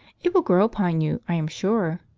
it will grow upon you, i am sure,